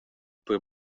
per